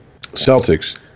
Celtics